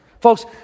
Folks